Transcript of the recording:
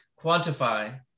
quantify